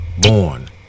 born